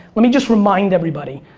let me just remind everybody,